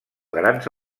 grans